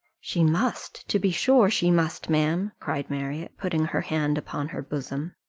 she must to be sure, she must, ma'am, cried marriott, putting her hand upon her bosom.